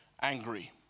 angry